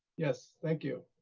yes, thank you.